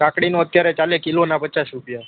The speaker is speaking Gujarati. કાકડીનો અત્યારે ચાલી કિલોના પચાસ રૂપિયા